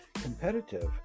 competitive